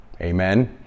Amen